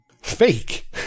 fake